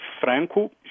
Franco